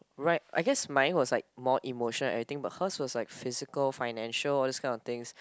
right I guess mine was like more emotion and anything but her's was like physical financial all these kind of things